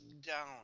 down